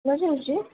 ଶୁଣାଯାଉଛି